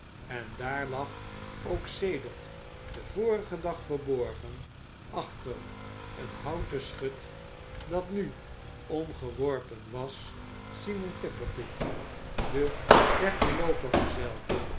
en daar lag k sedert den vorigen dag verborgen achter een houten schut dat nu omgeworpen was simon tappertit de weggeloopen gezel